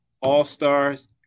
all-stars